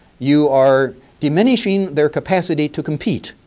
you are diminishing their capacity to compete.